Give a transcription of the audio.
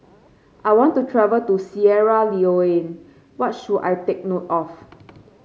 I want to travel to Sierra Leone what should I take note of